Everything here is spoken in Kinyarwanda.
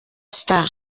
star